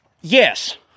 Yes